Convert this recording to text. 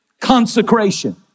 consecration